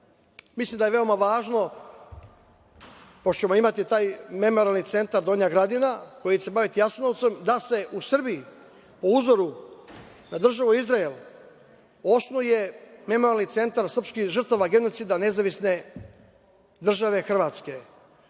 logora. Mislim da je veoma važno, pošto ćemo imati taj Memorijalni centar „Donja Gradina“ koji će se baviti Jasenovcem, da se u Srbiji po uzoru na državu Izrael, osnuje memorijalni centar srpskih žrtava genocida NDH. Prema